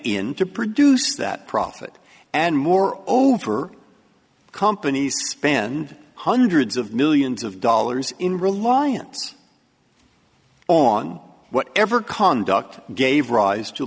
in to produce that profit and more over companies spend hundreds of millions of dollars in reliance oh on whatever conduct gave rise to